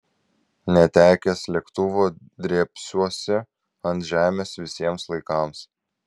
netekęs lėktuvo drėbsiuosi ant žemės visiems laikams